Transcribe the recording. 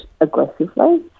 aggressively